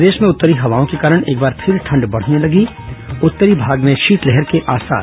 प्रदेश में उत्तरी हवाओं के कारण एक बार फिर ठंड बढ़ने लगी उत्तरी भाग में शीतलहर के आसार